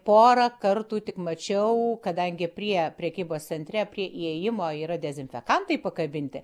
porą kartų tik mačiau kadangi prie prekybos centre prie įėjimo yra dezinfekantai pakabinti